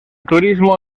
turismo